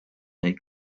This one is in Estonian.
neid